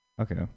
okay